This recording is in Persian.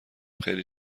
خیلی